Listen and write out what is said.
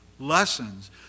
Lessons